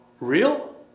real